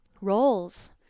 roles